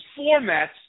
Formats